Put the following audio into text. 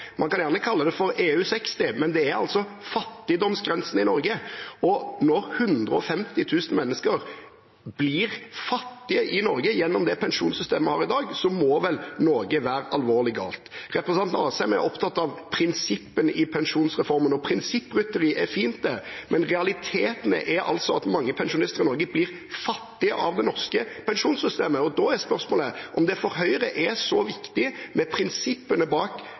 Man kan gjerne kalle det for EU60, men det er altså fattigdomsgrensen i Norge, og når 150 000 mennesker blir fattige i Norge gjennom det pensjonssystemet vi har i dag, må vel noe være alvorlig galt. Representanten Asheim er opptatt av prinsippene i pensjonsreformen. Prinsipprytteri er fint, men realiteten er at mange pensjonister i Norge blir fattige av det norske pensjonssystemet. Da er spørsmålet om det for Høyre er så viktig med prinsippene bak